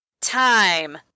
Time